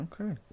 Okay